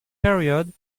period